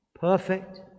perfect